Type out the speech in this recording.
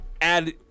add